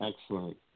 excellent